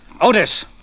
Otis